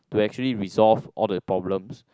to actually resolve all the problems